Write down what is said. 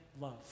love